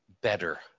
better